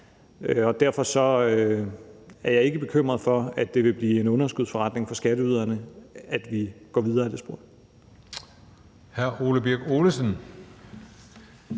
Derfor er jeg ikke bekymret for, at det vil blive en underskudsforretning for skatteyderne, at vi går videre ad det spor.